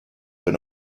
been